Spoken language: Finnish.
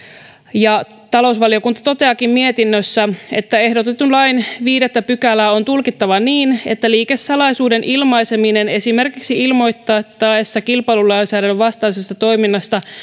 ja talousvaliokunta toteaakin mietinnössä että ehdotetun lain viidettä pykälää on tulkittava niin että liikesalaisuuden ilmaiseminen esimerkiksi ilmoittaessa kilpailulainsäädännön vastaisesta toiminnasta